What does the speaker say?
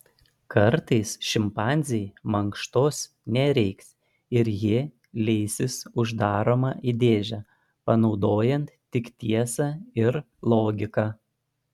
kartais šimpanzei mankštos nereiks ir ji leisis uždaroma į dėžę panaudojant tik tiesą ir logiką